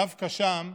דווקא שם